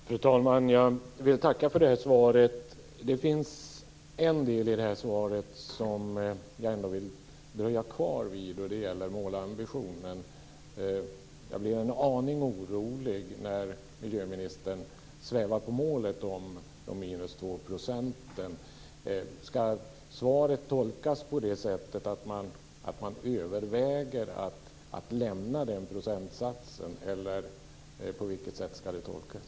Fru talman! Jag vill tacka för det svaret. Det finns en del i svaret som jag vill dröja kvar vid, och det gäller målambitionen. Jag blir en aning orolig när miljöministern svävar på målet om 2 %. Ska svaret tolkas på det sättet att man överväger att lämna den procentsatsen? Eller på vilket sätt ska det tolkas?